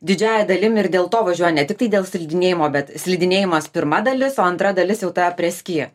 didžiąja dalim ir dėl to važiuoja ne tiktai dėl slidinėjimo bet slidinėjimas pirma dalis o antra dalis jau ta apreski